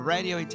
Radio